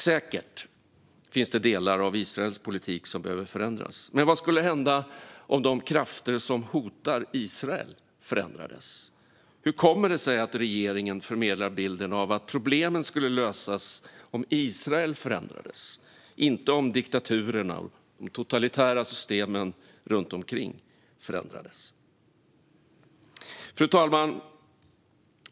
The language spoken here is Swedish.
Säkert finns det delar av Israels politik som behöver förändras. Men vad skulle hända om de krafter som hotar Israel förändrades? Hur kommer det sig att regeringen förmedlar bilden att problemen skulle lösas om Israel förändrades, inte om diktaturerna och de totalitära systemen runt omkring förändrades? Fru talman!